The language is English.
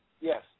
yes